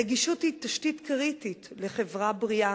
הנגישות היא תשתית קריטית לחברה בריאה,